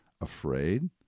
afraid